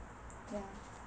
ya